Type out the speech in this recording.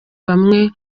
bamwe